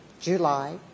July